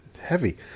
heavy